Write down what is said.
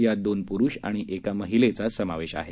यात दोन प्रुष आणि एका महिलेचा समावेश आहे